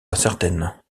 incertaine